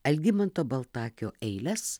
algimanto baltakio eiles